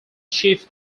chief